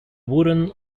wooden